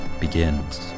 begins